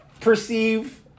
perceive